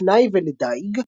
לפנאי ולדיג,